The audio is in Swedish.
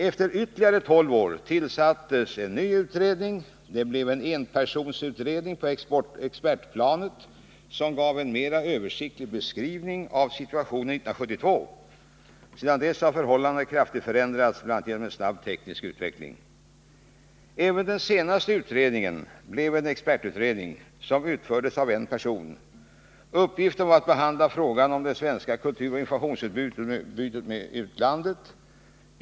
Efter ytterligare tolv år tillsattes en ny utredning. Det blev en enpersonsutredning på expertplanet som gav en mera översiktlig beskrivning av situationen 1972. Sedan dess har förhållandena kraftigt förändrats, bl.a. genom en snabb teknisk utveckling. Även den senaste utredningen — den s.k. SIK-utredningen — blev en expertutredning som utfördes av en person. Uppgiften var att behandla frågan om det svenska kulturoch informationsutbytet med utlandet.